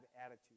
attitude